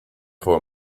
for